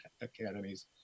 academies